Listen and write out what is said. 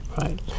Right